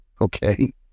okay